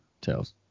Tails